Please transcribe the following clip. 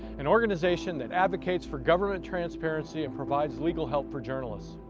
an organization that advocates for government transparency and provides legal help for journalist.